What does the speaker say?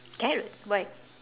carrot why